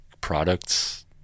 products